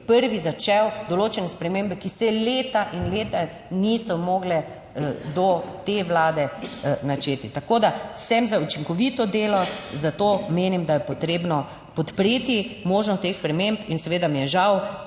prvi začel. določene spremembe, ki se leta in leta niso mogle do te vlade načeti. Tako da sem za učinkovito delo, zato menim, da je potrebno podpreti možnost teh sprememb in seveda mi je žal,